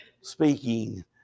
speaking